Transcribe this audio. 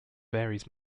varies